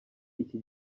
iki